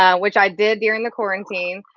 ah which i did during the quarantine.